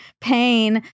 pain